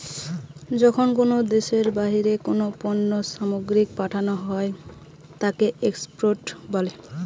যখন কোনো দ্যাশের বাহিরে কোনো পণ্য সামগ্রীকে পাঠানো হই তাকে এক্সপোর্ট বলে